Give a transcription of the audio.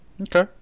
Okay